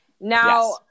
now